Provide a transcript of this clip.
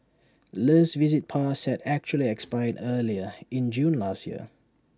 let's visit pass had actually expired earlier in June last year